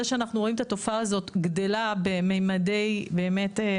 זה שאנחנו רואים את התופעה הזאת גדלה בממדים הזויים,